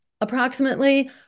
approximately